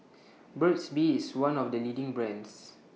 Burt's Bee IS one of The leading brands